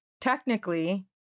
technically